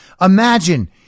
Imagine